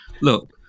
Look